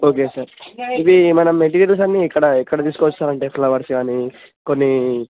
okay sir ఇది మన materials అన్నీ ఇక్కడ ఎక్కడ తీసుకొస్తారు సార్ అంటే ఫ్లవర్స్ కానీ కొన్ని